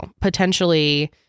potentially